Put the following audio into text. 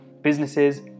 businesses